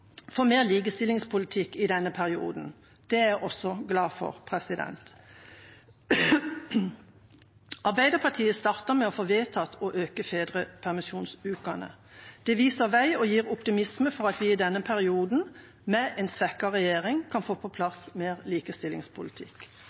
for mer likestillingspolitikk i denne perioden. Det er jeg også glad for. Arbeiderpartiet startet med å få vedtatt å øke fedrepermisjonsukene. Det viser vei og gir optimisme for at vi i denne perioden, med en svekket regjering, kan få på plass mer likestillingspolitikk.